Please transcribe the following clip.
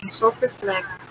self-reflect